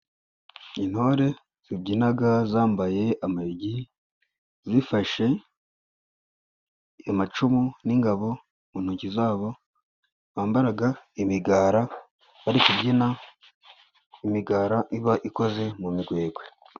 Intore zibyinaga zambaye amayugi, zifashe amacumu n'ingabo mu ntoki zabo, bambaraga imigara bari kubyina, imigara iba ikoze mu migwegwe.